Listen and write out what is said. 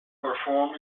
perform